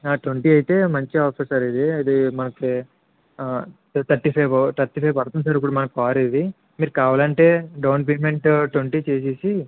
ఆ ట్వంటీ ఎయిటే మంచిగా వస్తుంది సార్ ఇది అది మనకి ఆ థర్టీ ఫైవ్ థర్టీ ఫైవ్ పడుతుంది సార్ మనకు కార్ ఇది మీరు కావాలంటే డౌన్ పేమెంట్ ట్వంటీ చేసేసి